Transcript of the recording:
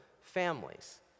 families